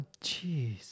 jeez